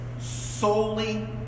solely